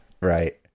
right